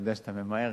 אני יודע שאתה ממהר,